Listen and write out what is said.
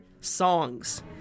songs